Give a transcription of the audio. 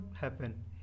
happen